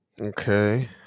Okay